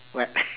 what